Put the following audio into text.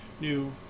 new